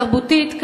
תרבותית,